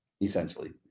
Essentially